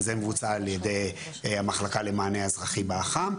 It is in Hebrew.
וזה מבוצע על ידי המחלקה למענה אזרחי באח"מ,